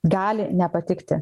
gali nepatikti